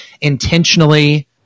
intentionally